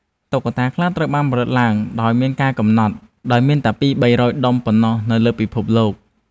តុក្កតាខ្លះត្រូវបានផលិតឡើងដោយមានការកំណត់ ដែលមានតែពីរបីរយដុំប៉ុណ្ណោះនៅលើពិភពលោក។